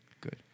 good